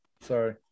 Sorry